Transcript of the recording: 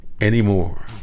anymore